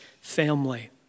family